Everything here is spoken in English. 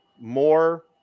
more